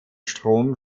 strom